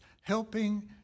helping